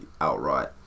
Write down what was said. outright